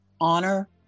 honor